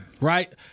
Right